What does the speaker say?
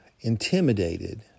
intimidated